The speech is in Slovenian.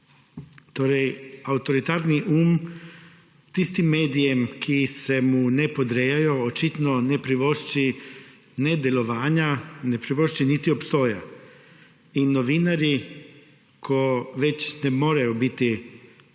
Torej avtoritarni um tistim medijem, ki se mu ne podrejajo, očitno ne privošči ne delovanja, ne privošči niti obstoja. In novinarji, ko več ne morejo biti